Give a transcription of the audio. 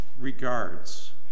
regards